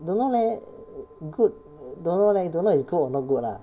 don't know leh good don't know leh don't know is good or not good lah